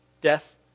death